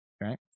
right